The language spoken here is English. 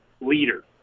leader